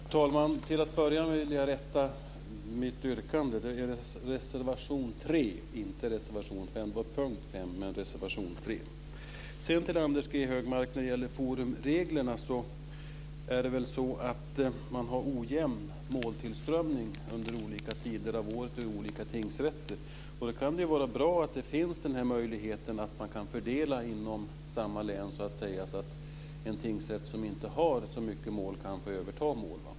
Fru talman! Jag vill till att börja med rätta mitt yrkande. Jag yrkar bifall till reservation 3 under punkt Till Anders G Högmark vill jag när det gäller forumreglerna säga att man har ojämn måltillströmning vid olika tider av året vid olika tingsrätter. Det kan då vara bra att ha möjlighet att fördela inom samma län, så att en tingsrätt som inte har så många mål kan få överta mål.